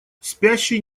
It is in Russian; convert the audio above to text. спящий